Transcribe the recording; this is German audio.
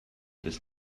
bis